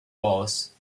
wallace